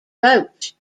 roch